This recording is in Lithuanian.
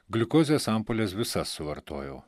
gliukozės ampules visas suvartojau